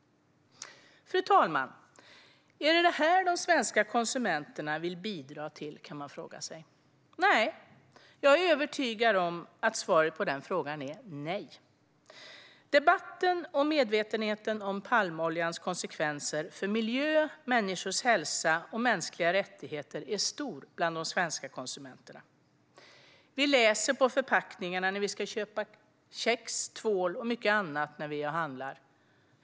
Fru talman! Man kan fråga sig: Är det detta som de svenska konsumenterna vill bidra till? Jag är övertygad om att svaret på den frågan är nej. Debatten och medvetenheten om palmoljans konsekvenser för miljö, människors hälsa och mänskliga rättigheter är stor bland de svenska konsumenterna. Vi läser på förpackningarna när vi ska köpa kex, tvål och mycket annat när vi är och handlar.